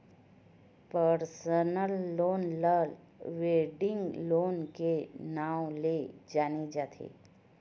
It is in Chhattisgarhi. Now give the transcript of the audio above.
परसनल लोन ल वेडिंग लोन के नांव ले जाने जाथे